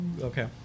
Okay